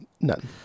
None